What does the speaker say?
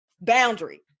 Boundary